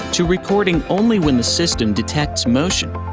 to recording only when the system detects motion.